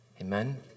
Amen